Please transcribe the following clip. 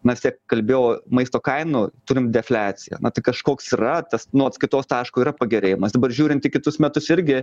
na vistiek kalbėjau maisto kainų turim defliaciją na tai kažkoks yra tas nu atskaitos taško yra pagerėjimas dabar žiūrint į kitus metus irgi